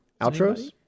Outros